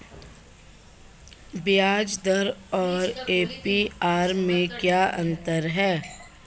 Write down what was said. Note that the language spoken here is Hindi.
ब्याज दर और ए.पी.आर में क्या अंतर है?